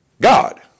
God